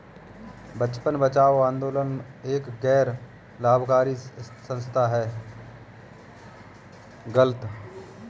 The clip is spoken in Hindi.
बचपन बचाओ आंदोलन एक गैर लाभकारी संस्था है